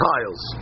Tiles